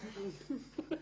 בבקשה.